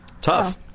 Tough